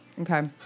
Okay